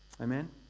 Amen